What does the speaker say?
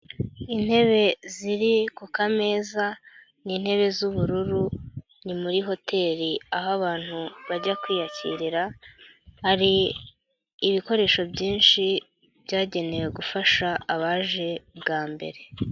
Intebe ziri ku kameza ni intebe z'ubururu, ni muri hoteri aho abantu bajya kwiyakirira, hari ibikoresho byinshi byagenewe gufasha abaje bwa mbere.